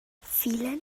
viele